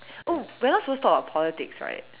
oh we're supposed to talk about politics right